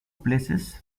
places